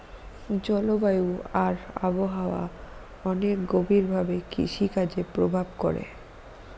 জলবায়ু আর আবহাওয়া অনেক গভীর ভাবে কৃষিকাজে প্রভাব করে